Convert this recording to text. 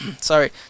Sorry